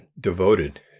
devoted